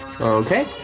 Okay